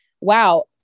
wow